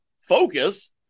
focus